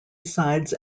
sides